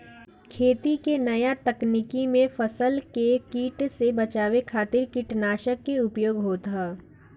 खेती के नया तकनीकी में फसल के कीट से बचावे खातिर कीटनाशक के उपयोग होत ह